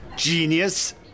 genius